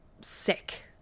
sick